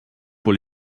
pour